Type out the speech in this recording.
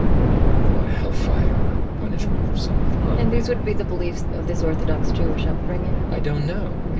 whether you want to call it hellfire or punishment of some kind and these would be the beliefs of this orthodox jewish upbringing? i don't know.